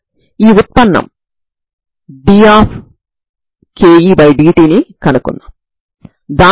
ఈ సిద్ధాంతం రుజువుతో సహా మనకు తెలుసు